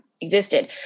existed